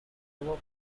over